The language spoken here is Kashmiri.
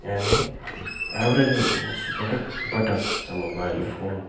یعنی اٮ۪وریجَن اوس سُہ گۄڈٕ بَٹَن سِسٹٕم موبایِل فون